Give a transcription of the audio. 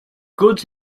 goods